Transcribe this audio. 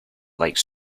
like